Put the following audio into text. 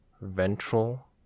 ventral